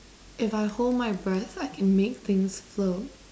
if I hold my breath I can make things float